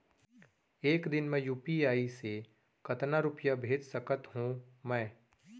एक दिन म यू.पी.आई से कतना रुपिया भेज सकत हो मैं?